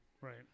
Right